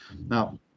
Now